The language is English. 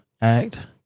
act